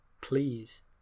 please